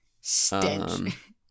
Stench